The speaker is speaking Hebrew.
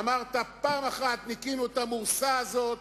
אמרת: פעם אחת ניקינו את המורסה הזאת